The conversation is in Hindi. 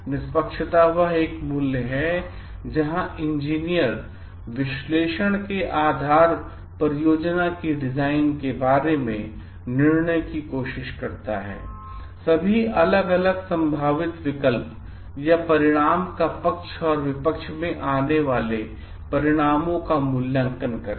निष्पक्षता वह एक मूल्य है जहां इंजीनियर विश्लेषण के आधार परियोजना की डिजाइन बारे में निर्णय की कोशिश करता है सभी अलग अलग संभावित विकल्प या परिणाम का पक्ष और विपक्ष में आने वाले परिणामों का मूल्यांकन करके